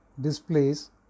displays